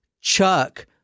Chuck